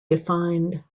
defined